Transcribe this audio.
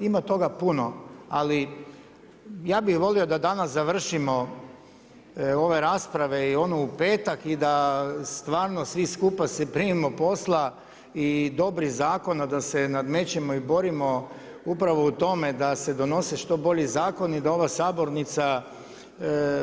Ima toga puno, ali ja bih volio da danas završimo ove rasprave i onu u petak i da stvarno svi skupa se primimo posla i dobrih zakona da se nadmećemo i borimo upravo u tome da se donose što bolji zakoni da ova sabornica